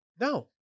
No